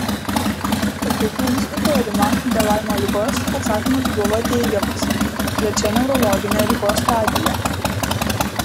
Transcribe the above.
patikrinus įtarimą dėl laimo ligos atsakymas buvo teigiamas trečia neurologinė ligos stadija